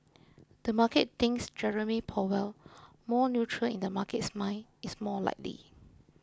the market thinks Jerome Powell more neutral in the market's mind is more likely